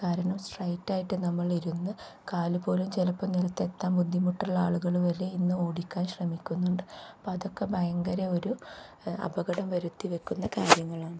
കാരണം സ്ട്രൈറ്റായിട്ട് നമ്മളിരുന്ന് കാൽ പോലും ചിലപ്പോൾ നിലത്തെത്താൻ ബുദ്ധിമുട്ടുള്ള ആളുകൾ വരെ ഇന്ന് ഓടിക്കാൻ ശ്രമിക്കുന്നുണ്ട് അപ്പം അതൊക്കെ ഭയങ്കര ഒരു അപകടം വരുത്തി വെക്കുന്ന കാര്യങ്ങളാണ്